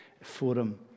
forum